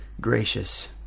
gracious